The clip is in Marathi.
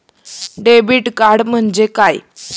डेबिट कार्ड म्हणजे काय?